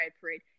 parade